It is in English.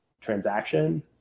transaction